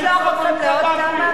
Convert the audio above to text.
אפשר לשלוח אתכם לעוד כמה?